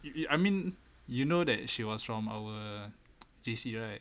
if you I mean you know that she was from our J_C right